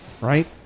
Right